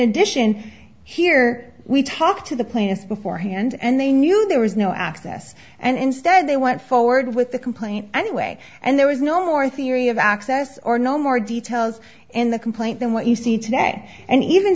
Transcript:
addition here we talk to the plainest beforehand and they knew there was no access and instead they went forward with the complaint anyway and there was no more theory of access or no more details in the complaint than what you see today and even